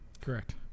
Correct